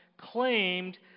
claimed